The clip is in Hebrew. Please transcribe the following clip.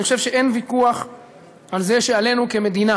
אני חושב שאין ויכוח על זה שעלינו כמדינה